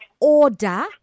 order